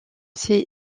ses